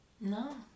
No